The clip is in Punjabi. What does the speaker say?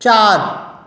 ਚਾਰ